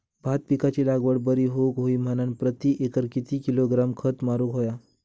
भात पिकाची लागवड बरी होऊक होई म्हणान प्रति एकर किती किलोग्रॅम खत मारुक होया?